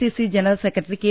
CC general secretary K